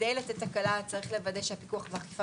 כדי לתת הקלה צריך לוודא שפיקוח ואכיפה